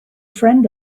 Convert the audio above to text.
friend